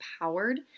empowered